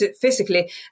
physically